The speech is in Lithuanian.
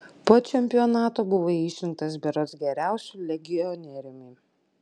po čempionato buvai išrinktas berods geriausiu legionieriumi